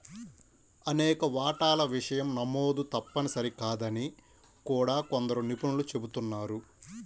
అనేక వాటాల విషయం నమోదు తప్పనిసరి కాదని కూడా కొందరు నిపుణులు చెబుతున్నారు